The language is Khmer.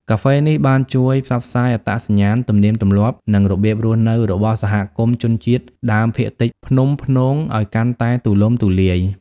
កាហ្វេនេះបានជួយ ផ្សព្វផ្សាយអត្តសញ្ញាណ ទំនៀមទម្លាប់ និងរបៀបរស់នៅរបស់សហគមន៍ជនជាតិដើមភាគតិចភ្នំព្នង ឱ្យកាន់តែទូលំទូលាយ។